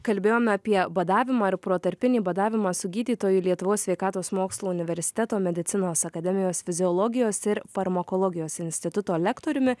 kalbėjome apie badavimą ir protarpinį badavimą su gydytoju lietuvos sveikatos mokslų universiteto medicinos akademijos fiziologijos ir farmakologijos instituto lektoriumi